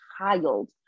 child